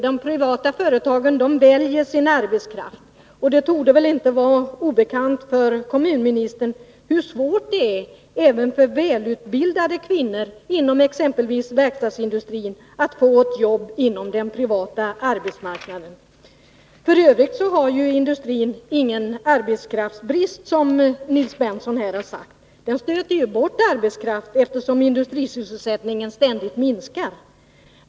De privata företagen väljer sin arbetskraft, och det torde inte vara obekant för kommunministern hur svårt det är även för välutbildade kvinnor inom exempelvis verkstadsindustrin att få ett jobb inom den privata arbetsmarknaden. F. ö. har industrin ingen arbetskraftsbrist, som Nils Berndtson har sagt. Den stöter bort arbetskraft, eftersom industrisysselsättningen ständigt minskar.